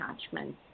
attachment